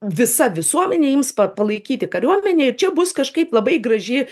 visa visuomenė ims pa palaikyti kariuomenę ir čia bus kažkaip labai graži